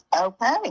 Okay